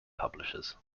publishers